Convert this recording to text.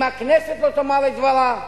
אם הכנסת לא תאמר את דברה,